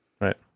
right